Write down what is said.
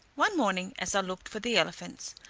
one morning, as i looked for the elephants,